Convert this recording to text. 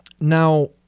Now